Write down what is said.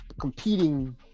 competing